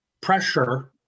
pressure